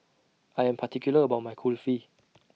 I Am particular about My Kulfi